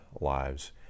lives